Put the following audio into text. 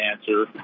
answer